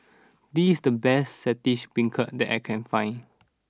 this is the best Saltish Beancurd that I can find